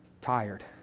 tired